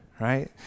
right